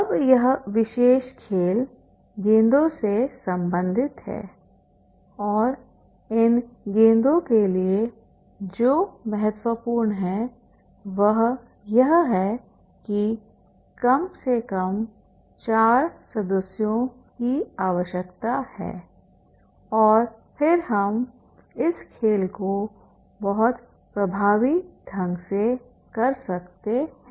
अब यह विशेष खेल गेंदों से संबंधित है और इन गेंदों के लिए जो महत्वपूर्ण है वह यह है कि कम से कम 4 सदस्यों की आवश्यकता है और फिर हम इस खेल को बहुत प्रभावी ढंग से कर सकते हैं